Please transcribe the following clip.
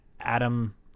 Adam